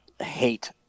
hate